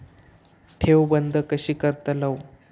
ठेव बंद कशी करतलव?